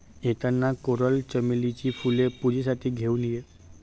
येताना कोरल चमेलीची फुले पूजेसाठी घेऊन ये